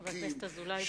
חבר הכנסת אזולאי,